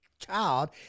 child